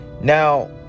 Now